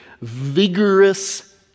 vigorous